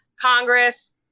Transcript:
Congress